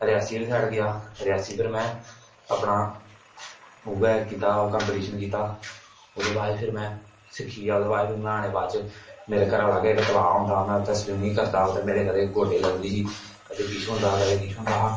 रियासी आहली साइड गेआ रियासी फिर में अपना उऐ कीता कम्पीटीशन कीता ओहदे बाद च फिर में सिक्खी गेआ ओहदे बाद च मेरे घरा लागे इक तला होंदा हा में उत्थै स्बिमिंग करदा हा उत्थै मेरे कदें गोडे गी लगदी ही कदें किश होंदा हा कदें किश हाोंदा हा